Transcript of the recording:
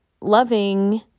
loving